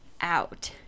out